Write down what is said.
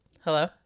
Hello